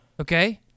Okay